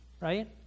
right